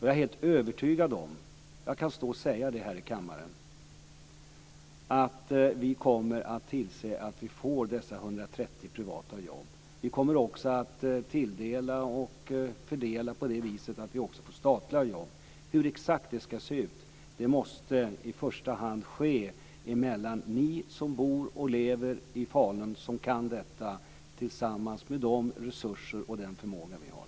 Jag är helt övertygad om - jag kan säga det här i kammaren - att vi kommer att se till att det blir dessa 130 privata jobb. Vi kommer också att tilldela och fördela så att det också blir statliga jobb. Exakt hur detta ska se ut måste i första hand utformas av dem som bor och lever i Falun tillsammans med de resurser och den förmåga vi har.